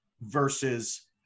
versus